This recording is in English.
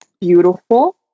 beautiful